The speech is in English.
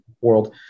world